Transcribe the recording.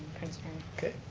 concern. okay,